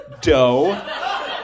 Dough